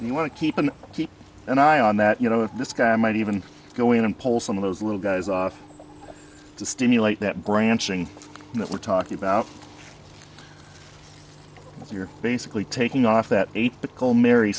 and you want to keep him keep an eye on that you know this guy might even go in and pull some of those little guys off to stimulate that branching that we're talking about here basically taking off that atypical mary